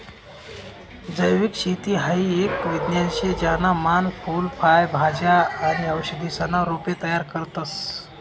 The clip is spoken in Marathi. जैविक शेती हाई एक विज्ञान शे ज्याना मान फूल फय भाज्या आणि औषधीसना रोपे तयार करतस